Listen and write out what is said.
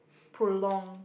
prolong